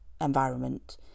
environment